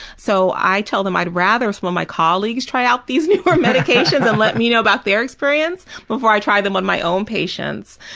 so i tell them i'd rather when my colleagues try out these newer medications and let me know about their experience before i try them on my own patients.